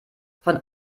von